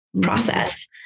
process